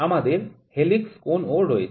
আমাদের হেলিক্স কোণ ও রয়েছে